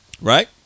Right